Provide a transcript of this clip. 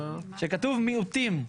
שכתוב מיעוטים.